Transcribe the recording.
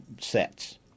sets